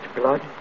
blood